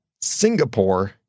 Singapore